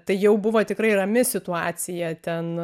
tai jau buvo tikrai rami situacija ten